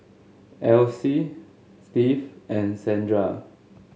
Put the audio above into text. Else Steve and Zandra